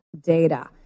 data